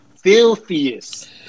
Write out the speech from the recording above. filthiest